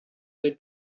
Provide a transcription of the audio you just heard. they